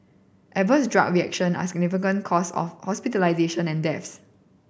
adverse drug reaction are a significant cause of hospitalisation and deaths